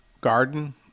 garden